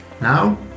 Now